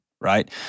right